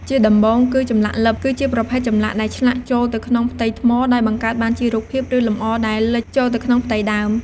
ជាដំបូងគឺ ចម្លាក់លិប គឺជាប្រភេទចម្លាក់ដែលឆ្លាក់ចូលទៅក្នុងផ្ទៃថ្ម ដោយបង្កើតបានជារូបភាព ឬលម្អដែល លិចចូលទៅក្នុងផ្ទៃដើម។